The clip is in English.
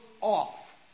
off